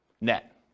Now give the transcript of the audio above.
net